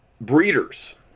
breeders